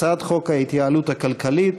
הצעת חוק ההתייעלות הכלכלית,